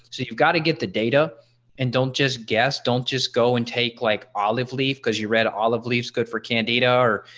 so you've got to get the data and don't just guess. don't just go and take like olive leaf because you read olive leaves good for candida or.